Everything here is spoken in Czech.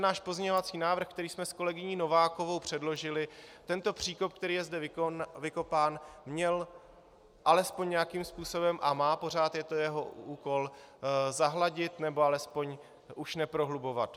Náš pozměňovací návrh, který jsme s kolegyní Novákovou předložili, tento příkop, který je zde vykopán, měl alespoň nějaký způsobem a má, pořád je to jeho úkol zahladit, nebo alespoň už neprohlubovat.